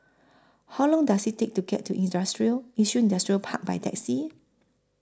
How Long Does IT Take to get to Yishun Industrial Park By Taxi